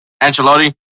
Ancelotti